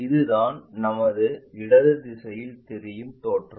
இதுதான் நமது இடது திசையில் தெரியும் தோற்றம்